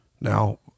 Now